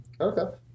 Okay